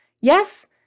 yes